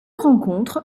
rencontre